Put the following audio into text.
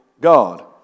God